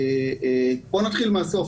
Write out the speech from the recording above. בוא נתחיל מהסוף,